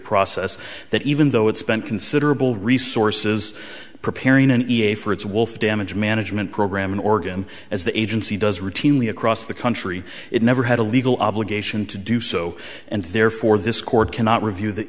process that even though it spent considerable resources preparing an e a for its wealth damage management program an organ as the agency does routinely across the country it never had a legal obligation to do so and therefore this court cannot review that